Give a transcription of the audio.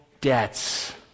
debts